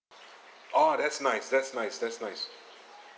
oh that's nice that's nice that's nice